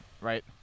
right